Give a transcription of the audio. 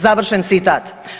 Završen citat.